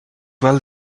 well